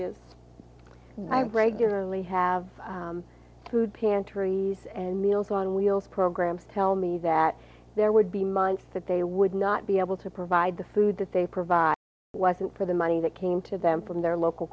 is i regularly have food pantries and meals on wheels programs tell me that there would be mind that they would not be able to provide the food that they provide wasn't for the money that came to them from their local